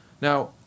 Now